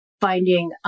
finding